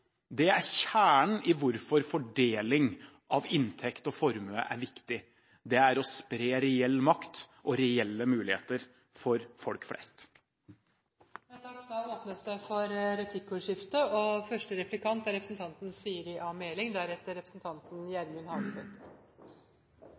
Det er kjernen i hvorfor fordeling av inntekt og formue er viktig – det er å spre reell makt og gi reelle muligheter for folk flest. Det blir replikkordskifte. Det var interessant å høre representanten Serigstad Valen snakke om tillit. Vi er fra Høyres side også opptatt av tillit og